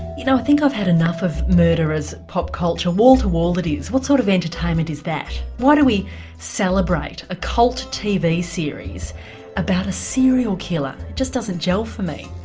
you know, i think i've had enough of murder as pop culture. wall to wall it is. what sort of entertainment is that? why do we celebrate a cult tv series about a serial killer it just doesn't gel for me.